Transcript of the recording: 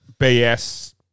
BS